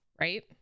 Right